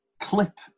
clip